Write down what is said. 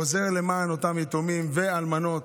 עוזר לאותם יתומים ואלמנות.